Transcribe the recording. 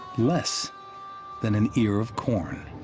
less than an ear of corn.